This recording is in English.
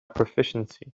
proficiency